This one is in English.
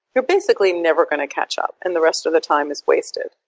you're basically never going to catch up. and the rest of the time is wasted.